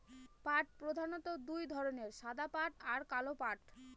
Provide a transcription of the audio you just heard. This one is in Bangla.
পাট প্রধানত দু ধরনের সাদা পাট আর কালো পাট